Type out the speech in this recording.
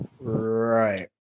right